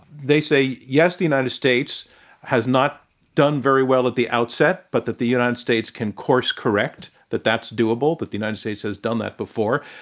they say, yes, the united states has not done very well at the outset, but that the united states can course correct that that's doable, that the united states has done that before.